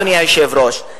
אדוני היושב-ראש,